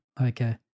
Okay